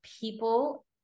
people